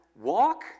walk